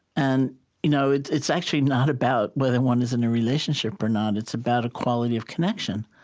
and you know it's it's actually not about whether one is in a relationship or not, it's about a quality of connection,